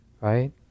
right